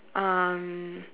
um